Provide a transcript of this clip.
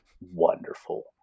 wonderful